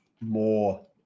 more